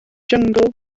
jyngl